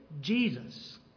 Jesus